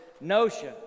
notion